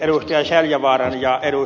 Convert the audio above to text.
asko seljavaaran ja ed